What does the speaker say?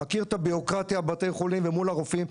מכיר את הבירוקרטיה בבתי חולים ומול הרופאים.